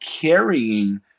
carrying